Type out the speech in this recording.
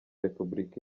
repubulika